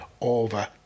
over